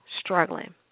struggling